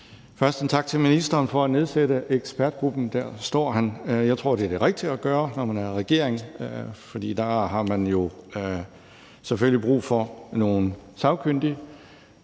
Først en tak til ministeren for at nedsætte en ekspertgruppe. Jeg tror, det er det rigtige at gøre, når man er i regering, for der har man jo selvfølgelig brug for nogle sagkyndige.